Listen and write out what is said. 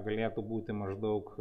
galėtų būti maždaug